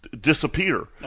disappear